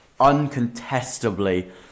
uncontestably